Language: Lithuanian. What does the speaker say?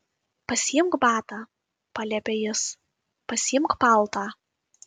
pasiimk batą paliepė jis pasiimk paltą